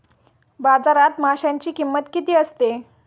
बाजारात माशांची किंमत किती असते?